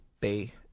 Bay